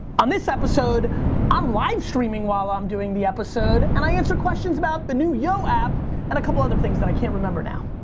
on this episode i'm live-streaming while i'm doing the episode, and i answer questions about the new yo app and a couple other things that i can't remember now.